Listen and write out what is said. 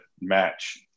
match